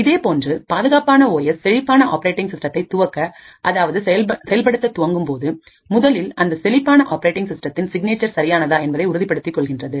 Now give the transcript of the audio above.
இதேபோன்றபாதுகாப்பான O S செழிப்பான operating சிஸ்டத்தை துவக்க அதாவது செயல்படுத்த துவங்கும் போது முதலில் அந்த செழிப்பான ஆப்பரேட்டிங் சிஸ்டத்தின் சிக்னேச்சர் சரியானதா என்பதை உறுதிப்படுத்திக் கொள்கின்றது